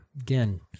again